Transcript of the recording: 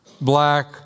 Black